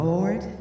Lord